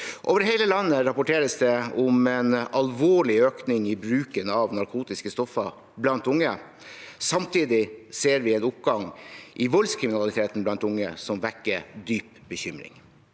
Over hele landet rapporteres det om en alvorlig økning i bruken av narkotiske stoffer blant unge. Samtidig ser vi en oppgang i voldskriminaliteten blant unge som vekker dyp bekymring.